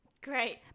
Great